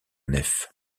nef